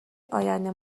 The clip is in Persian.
آینده